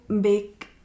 big